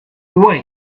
away